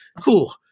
Cool